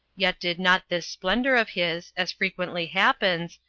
yet did not this splendor of his, as frequently happens,